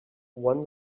one